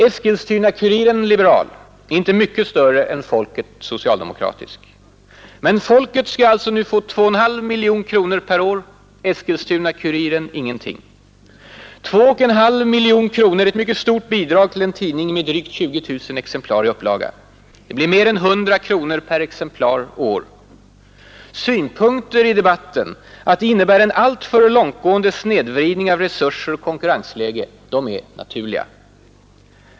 Eskilstuna-Kuriren är inte mycket större än Folket . Men Folket skall alltså nu få 2,5 miljoner kronor per år, Eskilstuna-Kuriren ingenting. Två och en halv miljon kronor är ett mycket stort bidrag till en tidning med en upplaga på drygt 20 000 exemplar. Det blir mer än 100 kronor per exemplar och år! Synpunkter i debatten, att det innebär en alltför långtgående snedvridning av resurser och konkurrensläge, är naturliga.